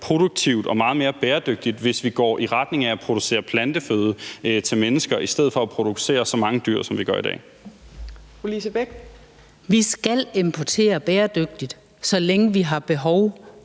produktivt og meget mere bæredygtigt, hvis vi går i retning af at producere planteføde til mennesker i stedet for at producere så mange dyr, som vi gør i dag. Kl. 18:44 Fjerde næstformand (Trine